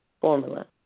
formula